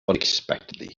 unexpectedly